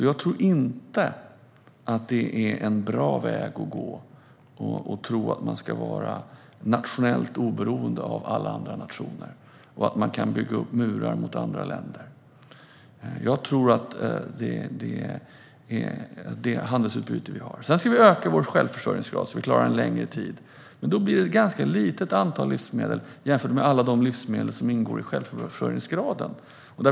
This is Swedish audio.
Jag tror inte att det är en bra väg att gå att tro att man ska vara nationellt oberoende av alla andra nationer och att man kan bygga murar mot andra länder. Jag tror på handelsutbyte. Sedan ska vi öka vår självförsörjningsgrad, så att vi klarar oss en längre tid. Då blir det ett ganska litet antal livsmedel jämfört med alla de livsmedel som ingår i självförsörjningsgraden.